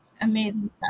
amazing